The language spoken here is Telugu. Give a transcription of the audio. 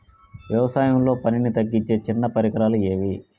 వ్యవసాయంలో పనిని తగ్గించే చిన్న పరికరాలు ఏవి?